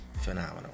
phenomenal